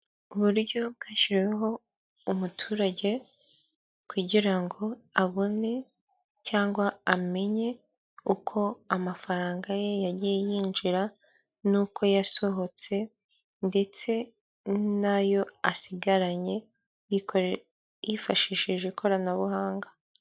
Uburyo bwashyiriweho umuturage kugira ngo abone cyangwa amenye uko amafaranga ye yagiye yinjira n'uko yasohotse ndetse n'ayo asigaranye yifashishije ikoranabuhanga.